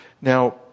now